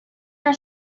are